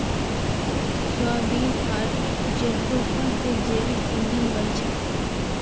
soybean आर jatropha स जैविक ईंधन बन छेक